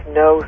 no